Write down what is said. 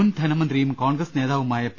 മുൻ ധനമന്ത്രിയും കോൺഗ്രസ് നേതാവുമായ പി